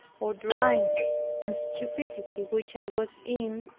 or dryness and stupidity which i was in,